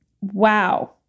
Wow